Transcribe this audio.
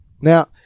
Now